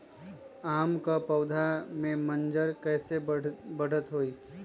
आम क पौधा म मजर म कैसे बढ़त होई?